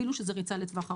אפילו שזו ריצה לטווח ארוך.